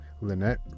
Lynette